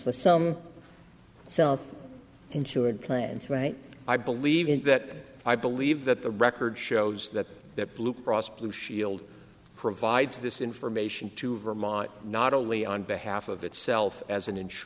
is self insured plans right i believe in that i believe that the record shows that that blue cross blue shield provides this information to vermont not only on behalf of itself as an in